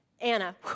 Anna